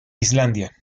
islandia